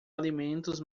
alimentos